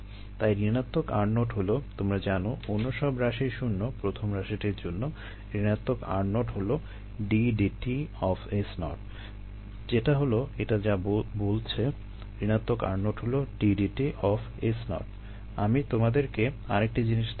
তাই ঋণাত্মক r0 হলো তোমরা জানো অন্য সব রাশিই শূণ্য প্রথম রাশিটির জন্য ঋণাত্মক r0 হলো d d t of S0 যেটা হলো এটা যা বলছে ঋণাত্মক r0 হলো d d t of S0 আমি তোমাদেরকে আরেকটি জিনিস দেখাবো